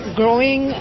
growing